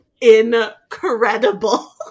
incredible